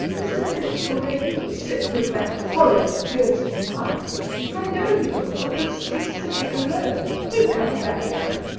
mr. phillips will make me sit with that horrid gertie pye i know he will because she is sitting alone. do come back, anne.